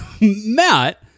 Matt